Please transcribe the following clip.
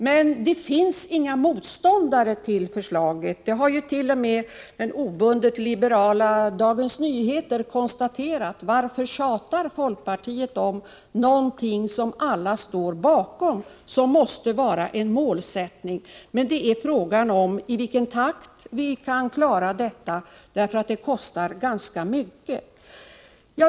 Det finns emellertid inga motståndare till detta förslag. Det har t.o.m. den obundet liberala Dagens Nyheter konstaterat. Varför tjatar folkpartiet om någonting som alla står bakom, som måste vara en målsättning? Det är alltså fråga om i vilken takt vi kan klara det, därför att det kostar ganska mycket.